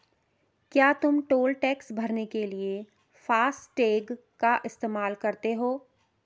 क्या तुम toll tax भरने के लिए फासटेग का इस्तेमाल करते हो?